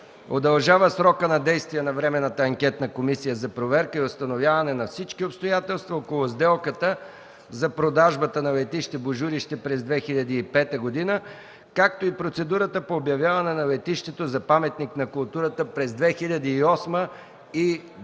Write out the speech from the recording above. Удължава срока на действие на Временната анкетна комисия за проверка и установяване на всички обстоятелства около сделката за продажба на летище „Божурище” през 2005 г., както и процедурата по обявяване на летището за паметник на културата през 2008 г.